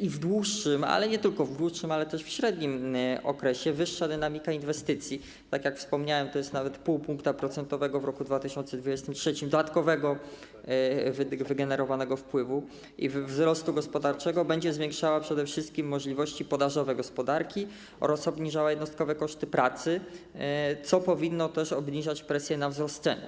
i w dłuższym, ale nie tylko w dłuższym, bo też w średnim okresie wyższa dynamika inwestycji, tak jak wspomniałem, to jest nawet 0,5 punktu procentowego w roku 2023 dodatkowego wygenerowanego wpływu i wzrostu gospodarczego, będzie zwiększała przede wszystkim możliwości podażowe gospodarki oraz obniżała jednostkowe koszty pracy, co powinno też obniżać presję na wzrost cen.